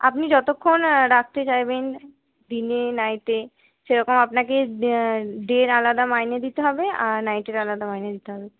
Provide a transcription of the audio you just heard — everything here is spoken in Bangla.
আপনি যতক্ষণ রাখতে চাইবেন দিনে নাইটে সেরকম আপনাকে ডের আলাদা মাইনে দিতে হবে আর নাইটের আলাদা মাইনে দিতে হবে